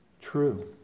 true